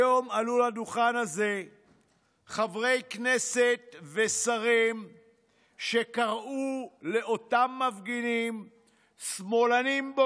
היום עלו לדוכן הזה חברי כנסת ושרים שקראו לאותם מפגינים "שמאלנים",